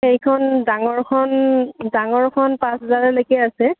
সেইখন ডাঙৰখন ডাঙৰখন পাঁচ হাজাৰলৈকে আছে